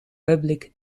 public